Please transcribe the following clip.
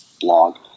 blog